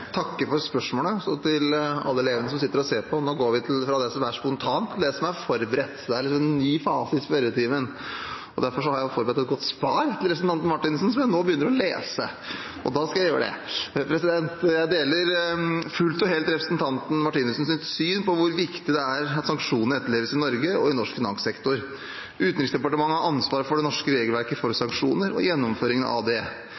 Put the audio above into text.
takke for spørsmålet. Til alle elevene som sitter og ser på: Nå går vi fra det som er spontant, til det som er forberedt. Dette er en ny fase i spørretimen, og derfor har jeg forberedt et godt svar til representanten Martinussen, som jeg nå begynner å lese. Da skal jeg gjøre det. Jeg deler fullt og helt representanten Martinussens syn på hvor viktig det er at sanksjonene etterleves i Norge og i norsk finanssektor. Utenriksdepartementet har ansvaret for det norske regelverket for sanksjoner og gjennomføringen av det.